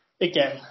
again